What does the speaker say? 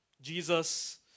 Jesus